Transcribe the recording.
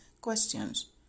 questions